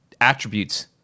attributes